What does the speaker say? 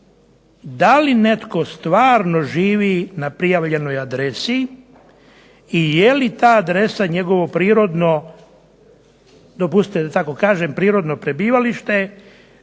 da li netko stvarno živi na prijavljenoj adresi i je li ta adresa njegovo prirodno, dopustite da tako kažem, prebivalište